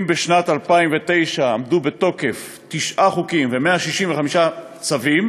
אם בשנת 2009 עמדו בתוקף תשעה חוקים ו-165 צווים